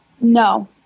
No